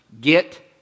Get